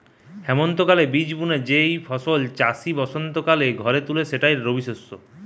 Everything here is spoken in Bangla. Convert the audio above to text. হেমন্তকালে বীজ বুনে যেই ফসল চাষি বসন্তকালে ঘরে তুলে সেটাই রবিশস্য